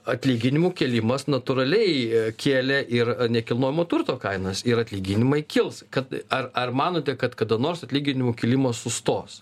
atlyginimų kėlimas natūraliai kėlė ir nekilnojamo turto kainas ir atlyginimai kils kad ar ar manote kad kada nors atlyginimų kilimas sustos